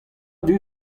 dud